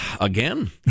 again